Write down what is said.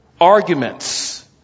arguments